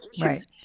Right